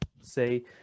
say